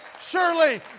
Surely